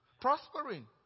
Prospering